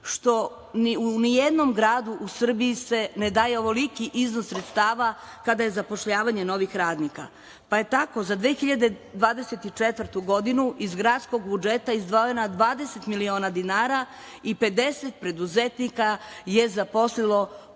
što ni u jednom gradu u Srbiji se ne daje ovoliki iznos sredstava kada je zapošljavanje novih radnika, pa je tako za 2024. godinu iz gradskog budžeta izdvojeno 20 miliona dinara i 50 preduzetnika je zaposlilo